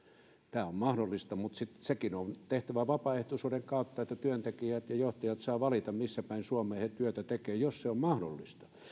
tämä on mahdollista mutta sekin on tehtävä vapaaehtoisuuden kautta että työntekijät ja johtajat saavat valita missä päin suomea he työtä tekevät jos se on mahdollista